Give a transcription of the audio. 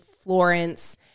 Florence